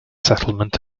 settlement